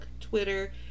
Twitter